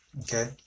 Okay